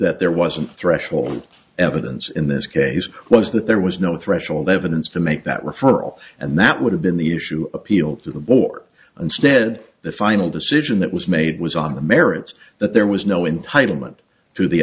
that there wasn't threshold evidence in this case was that there was no threshold evidence to make that referral and that would have been the issue appeal to the board instead the final decision that was made was on the merits that there was no entitle meant t